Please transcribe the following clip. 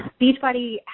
Beachbody